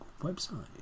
website